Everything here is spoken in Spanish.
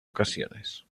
ocasiones